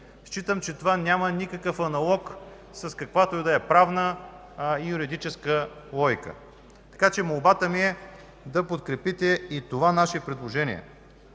Считам, че това няма никакъв аналог с каквато и да е правна и юридическа логика. Така че молбата ми е да подкрепите и това наше предложение.